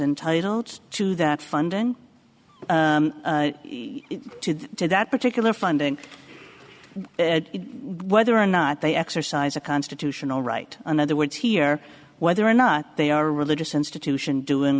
entitled to that funding to do that particular funding whether or not they exercise a constitutional right in other words here whether or not they are religious institution doing